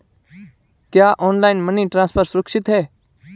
क्या online money transfer सुरक्षित है?